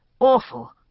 Awful